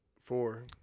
four